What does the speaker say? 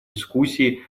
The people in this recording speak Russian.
дискуссии